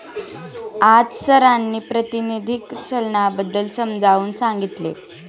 आज सरांनी प्रातिनिधिक चलनाबद्दल समजावून सांगितले